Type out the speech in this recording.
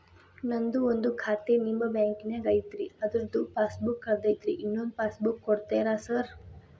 ನಂದು ಒಂದು ಖಾತೆ ನಿಮ್ಮ ಬ್ಯಾಂಕಿನಾಗ್ ಐತಿ ಅದ್ರದು ಪಾಸ್ ಬುಕ್ ಕಳೆದೈತ್ರಿ ಇನ್ನೊಂದ್ ಪಾಸ್ ಬುಕ್ ಕೂಡ್ತೇರಾ ಸರ್?